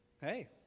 Hey